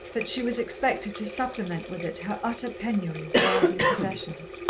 that she was expected to supplement with it her utter penury of worldly possessions.